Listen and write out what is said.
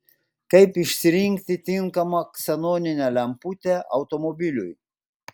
kaip išsirinkti tinkamą ksenoninę lemputę automobiliui